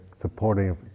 supporting